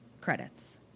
Credits